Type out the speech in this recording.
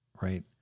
right